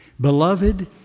Beloved